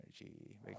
energy